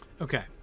Okay